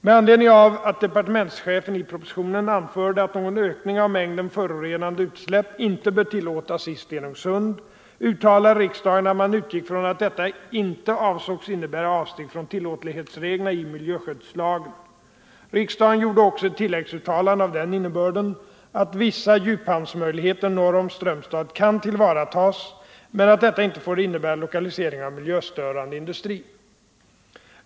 Med anledning av att departementschefen i propositionen anförde att någon ökning av mängden förorenade utsläpp inte bör tillåtas i Stenungsund uttalade riksdagen att man utgick från att detta inte avsågs 125 innebära avsteg från tillåtlighetsreglerna i miljöskyddslagen. Riksdagen gjorde också ett tilläggsuttalande av den innebörden av vissa djuphamnsmöjligheter norr om Strömstad kan tillvaratas men att detta inte får innebära lokalisering av miljöstörande industri.